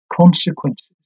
consequences